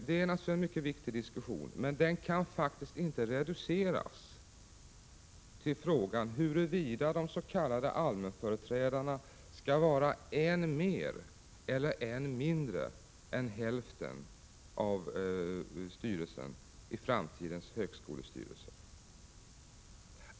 Det är naturligtvis en mycket viktig diskussion, men den kan faktiskt inte reduceras till frågan huruvida de s.k. allmänföreträdarna skall vara en mer eller en mindre än hälften av styrelsen i framtidens högskolestyrelser.